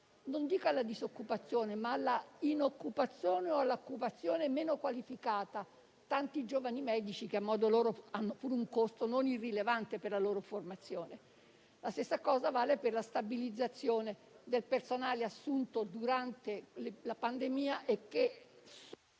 non alla disoccupazione, alla inoccupazione o alla occupazione meno qualificata tanti giovani medici, che comunque presentano un costo non irrilevante per la loro formazione. Lo stesso discorso vale per la stabilizzazione del personale assunto durante la pandemia,